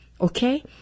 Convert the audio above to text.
okay